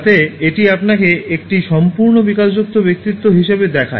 যাতে এটি আপনাকে একটি সম্পূর্ণ বিকাশযুক্ত ব্যক্তিত্ব হিসাবে দেখায়